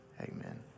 amen